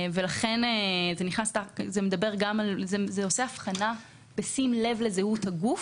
זה עושה הבחנה בשים לב לזהות הגוף,